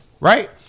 Right